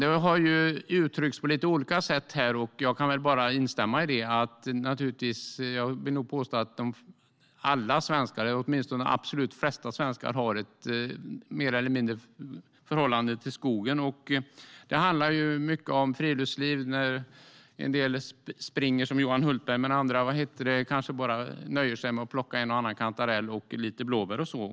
Det har uttryckts här på lite olika sätt - och jag kan bara instämma i det - att alla svenskar, åtminstone de absolut flesta, har mer eller mindre ett förhållande till skogen. Det handlar mycket om friluftsliv. En del springer som Johan Hultberg gör, medan andra kanske bara nöjer sig med att plocka en och annan kantarell och lite blåbär.